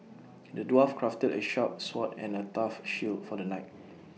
the dwarf crafted A sharp sword and A tough shield for the knight